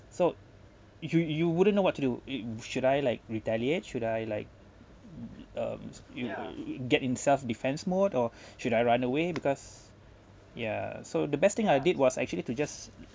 so you you wouldn't know what to do it should I like retaliate should I like um you get in self defence mode or should I run away because yeah so the best thing I did was actually to just